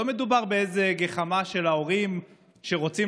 לא מדובר באיזו גחמה של ההורים שרוצים